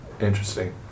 Interesting